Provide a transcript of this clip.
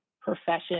profession